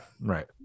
right